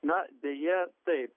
na deja taip